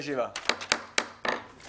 הישיבה ננעלה בשעה